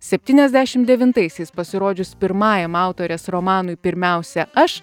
septyniasdešim devintaisiais pasirodžius pirmajam autorės romanui pirmiausia aš